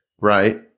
right